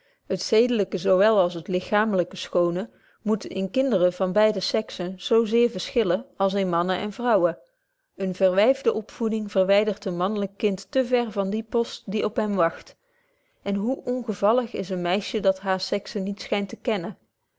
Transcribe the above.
het zedelyke zo wel als het lichaamlyke schoone moet in kinderen van beide sexen zo zeer verschillen als in mannen en vrouwen eene verwyfde opvoeding verwydert een manlyk kind te ver van dien post die op hem wagt en hoe ongevallig is een meisje dat haar sex niet schynt te kennen